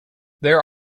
there